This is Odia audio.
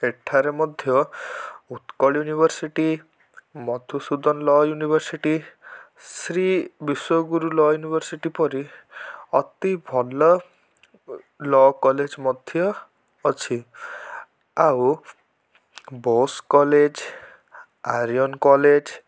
ଏଠାରେ ମଧ୍ୟ Utkal university Madhusudan law' university Shri Biswa Guru law' university ପରି ଅତି ଭଲ ଲ' କଲେଜ୍ ମଧ୍ୟ ଅଛି ଆଉ ବୋଷ୍ କଲେଜ୍ ଆର୍ୟନ୍ କଲେଜ୍